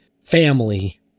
family